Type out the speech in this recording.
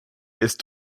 ist